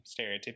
stereotypical